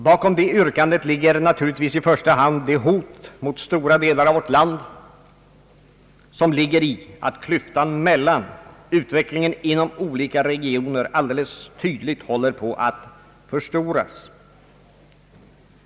Bakom det yrkandet ligger naturligtvis i första hand det hot mot stora delar av vårt land som finns i det förhållandet att klyftan mellan utvecklingen inom olika regioner alldeles tydligt håller på att förstoras.